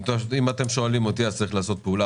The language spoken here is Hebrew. אם אתם שואלים אותי אז צריך לעשות פעולה